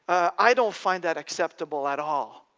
i don't find that acceptable at all.